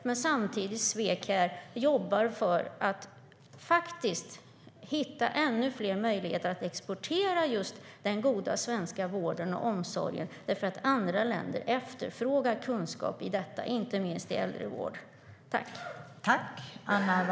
Men ett samtidigt svek är att regeringen jobbar för att hitta ännu fler möjligheter att exportera just den goda svenska vården och omsorgen eftersom andra länder efterfrågar kunskap om detta, inte minst äldrevård.